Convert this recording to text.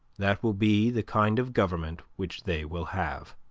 that will be the kind of government which they will have.